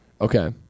Okay